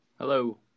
Hello